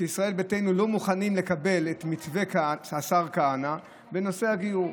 כשישראל ביתנו לא מוכנים לקבל את מתווה השר כהנא בנושא הגיור.